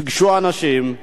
פגשו אנשים,